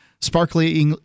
sparkly